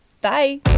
Bye